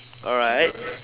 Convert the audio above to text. alright